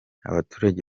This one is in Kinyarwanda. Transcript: abaturage